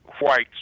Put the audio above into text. whites